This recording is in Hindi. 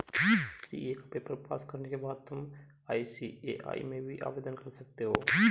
सी.ए का पेपर पास करने के बाद तुम आई.सी.ए.आई में भी आवेदन कर सकते हो